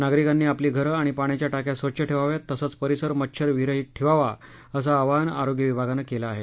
नागरिकांनी आपली घरं आणि पाण्याच्या टाक्या स्वच्छ ठेवाव्यात तसंच परिसर मच्छर विरहीत ठेवावा असं आवाहन आरोग्य विभागानं केलं आहे